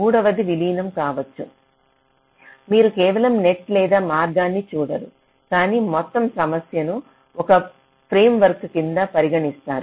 మూడవది విలీనం కావచ్చు మీరు కేవలం నెట్ లేదా మార్గాన్ని చూడరు కానీ మొత్తం సమస్యను ఒక ఫ్రేమ్వర్క్ కింద పరిగణిస్తారు